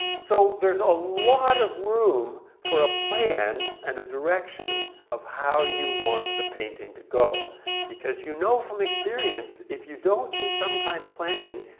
so there's a lot of room for a plan and a direction of how you want the painting to go because you know from experience, if you don't do some kind of planning,